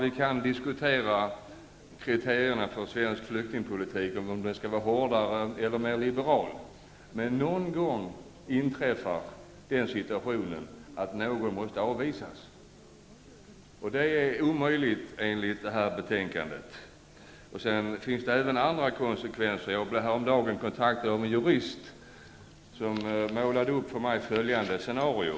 Vi kan diskutera kriterierna för svensk flyktingpolitik, om den skall vara hårdare eller mer liberal, men någon gång inträffar den situationen att någon måste avvisas, vilket är omöjligt enligt förslaget i propositionen. Det finns även andra konsekvenser. Jag blev häromdagen kontaktad av en jurist, som målade upp för mig följande scenario.